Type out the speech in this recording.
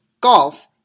golf